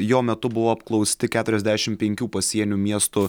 jo metu buvo apklausti keturiasdešimt penkių pasienių miestų